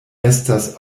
estas